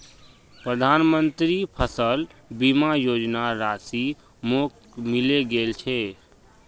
प्रधानमंत्री फसल बीमा योजनार राशि मोक मिले गेल छै